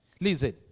Listen